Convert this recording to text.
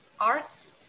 Arts